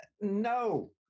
No